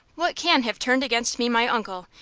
what can have turned against me my uncle,